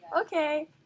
Okay